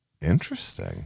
Interesting